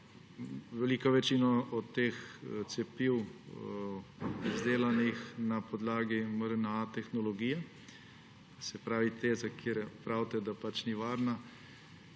Velika večina od teh cepiv je izdelanih na podlagi mRNA tehnologije, se pravi te, za katere pravite, da ni varna.